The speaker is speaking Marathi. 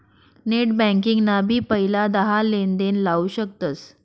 नेट बँकिंग ना भी पहिला दहा लेनदेण लाऊ शकतस